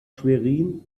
schwerin